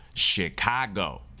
Chicago